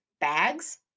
bags